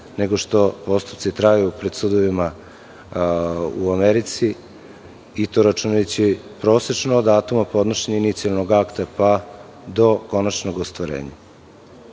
nego što postupci traju pred sudovima u Americi i to računajući prosečno od datuma podnošenja inicijalnog akta, pa do konačnog